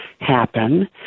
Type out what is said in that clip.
happen